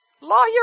lawyer